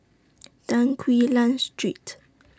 Tan Quee Lan Street